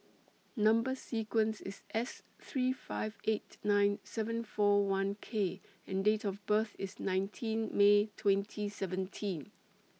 Number sequence IS S three five eight nine seven four one K and Date of birth IS nineteen May twenty seventeen